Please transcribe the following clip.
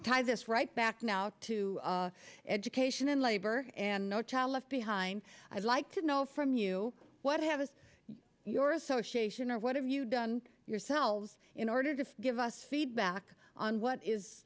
to tie this right back now to education and labor and no child left behind i'd like to know from you what have your association or what have you done yourselves in order to give us feedback on what is